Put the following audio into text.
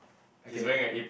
okay